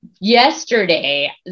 yesterday